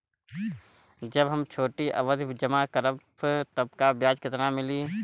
जब हम छोटी अवधि जमा करम त ब्याज केतना मिली?